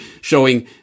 showing